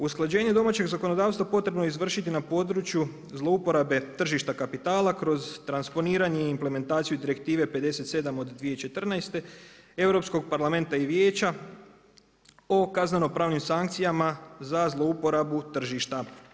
Usklađenje domaćeg zakonodavstva potrebno je izvršiti na području zlouporabe tržišta kapitala kroz transponiranje i implementaciju Direktive 57/2014, Europskog parlamenta i Vijeća o kazneno-pravnim sankcijama za zlouporabu tržišta.